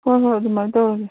ꯍꯣꯏ ꯍꯣꯏ ꯑꯗꯨꯃꯥꯏꯅ ꯇꯧꯔꯁꯤ